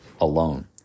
alone